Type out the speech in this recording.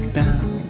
down